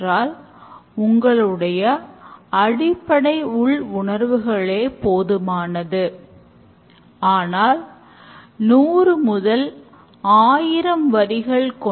ஒருவர் coding செய்வார் மற்றொருவர் அதனை மதிப்பிடுவார்